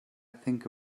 think